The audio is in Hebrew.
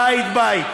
בית-בית.